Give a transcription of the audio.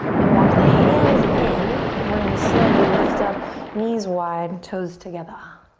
then walk the hands in and we're gonna slowly lift up knees wide, toes together.